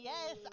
Yes